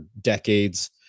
decades